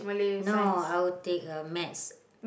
no I will take uh maths